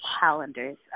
calendars